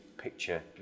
picture